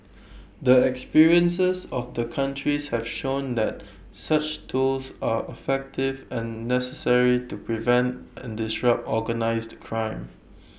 the experiences of the countries have shown that such tools are effective and necessary to prevent and disrupt organised crime